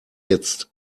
jetzt